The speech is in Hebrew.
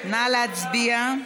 נא להצביע.